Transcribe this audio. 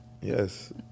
Yes